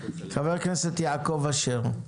חבר הכנסת יעקב אשר.